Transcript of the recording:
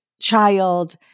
child